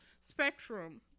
spectrum